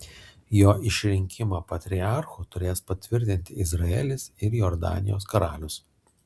jo išrinkimą patriarchu turės patvirtinti izraelis ir jordanijos karalius